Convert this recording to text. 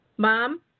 Mom